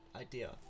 idea